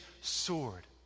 sword